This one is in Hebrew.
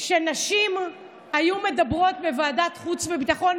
שכשנשים היו מדברות בוועדת חוץ וביטחון,